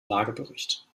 lagebericht